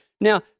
Now